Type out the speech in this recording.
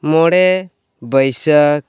ᱢᱚᱬᱮ ᱵᱟᱹᱭᱥᱟᱹᱠᱷ